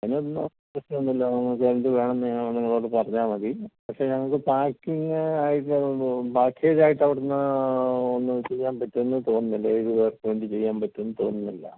അതിനൊന്നും പ്രശ്നമൊന്നുവില്ല നമുക്ക് എന്ത് വേണോന്ന് ഞങ്ങൾ നിങ്ങളോട് പറഞ്ഞാൽ മതി പക്ഷേ ഞങ്ങൾക്ക് പാക്കിങ് ആയിട്ട് പാക്കേജായിട്ട് അവിടുന്ന് ഒന്നും ചെയ്യാൻ പറ്റുമെന്ന് തോന്നുന്നില്ല ഏഴ് പേർക്ക് വേണ്ടി ചെയ്യാൻ പറ്റുമെന്ന് തോന്നുന്നില്ല